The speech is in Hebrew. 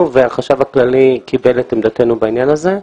והחשב הכללי קיבל את עמדתנו בעניין הזה.